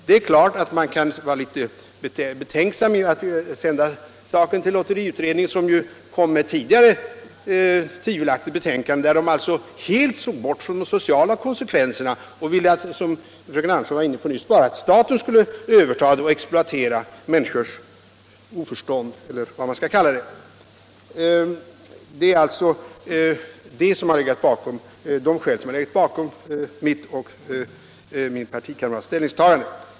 Det är klart att man kan vara litet betänksam när det gäller att ge det här uppdraget till lotteriutredningen, som tidigare har avgivit ett tvivelaktigt betänkande, där utredningen helt såg bort från de sociala konsekvenserna. Utredningen föreslog, som fröken Andersson var inne på nyss, att staten skulle överta verksamheten och exploatera människors oförstånd eller vad man skall kalla det. Det är alltså dessa skäl som har legat bakom mitt och mina partikamraters ställningstagande.